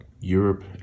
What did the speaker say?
Europe